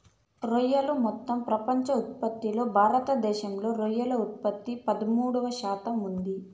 రొయ్యలు మొత్తం ప్రపంచ ఉత్పత్తిలో భారతదేశంలో రొయ్యల ఉత్పత్తి పదమూడు శాతంగా ఉంది